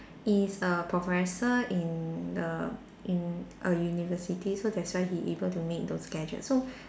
he is a professor in a in a university so that's why he able to make those gadgets so